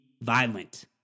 violent